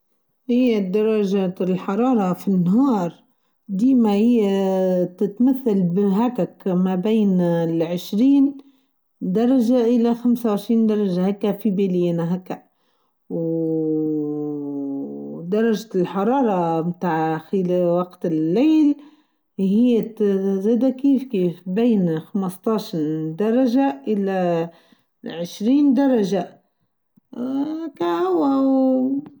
هى درجه الحراره في النهار ديما هى تتمثل هاكاك ما بين العشرين درجه إلى خمسه و العشرين درجه هيكه في بنينه هاكا وووووو درجه الحراره تاع خلال وقت الليل هى زاده كيف كيف بين خمستاش درجه إلى عشرين درجه اااااا كاهو.